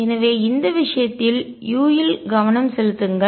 எனவே இந்த விஷயத்தில் u இல் கவனம் செலுத்துங்கள்